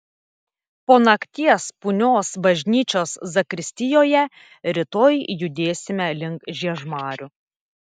po nakties punios bažnyčios zakristijoje rytoj judėsime link žiežmarių